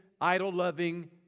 idol-loving